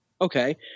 Okay